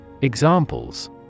Examples